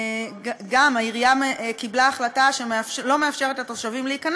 אלא מה הפתיע אותי בכל